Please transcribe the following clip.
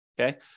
okay